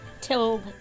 till